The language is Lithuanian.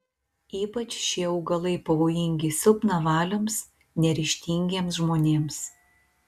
ypač šie augalai pavojingi silpnavaliams neryžtingiems žmonėms